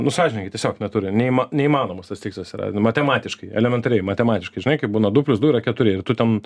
nu sąžiningai tiesiog neturi neįma neįmanomas tas tikslas yra matematiškai elementariai matematiškai žinai kaip būna du plius du yra keturi ir tu ten